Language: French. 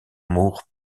moor